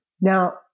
Now